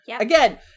Again